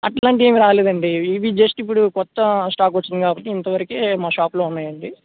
అలాంటివి ఏమి రాలేదండి ఇవి జస్ట్ ఇప్పుడు కొత్త స్టాక్ వచ్చింది కాబట్టి ఇంతవరకే మా షాప్లో ఉన్నాయండి